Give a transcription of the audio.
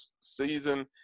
season